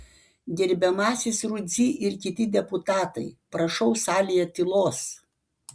gerbiamasis rudzy ir kiti deputatai prašau salėje tylos